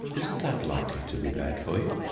isn't that likely to be bad for you?